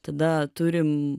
tada turim